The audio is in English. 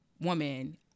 woman